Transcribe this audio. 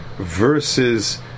versus